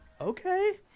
Okay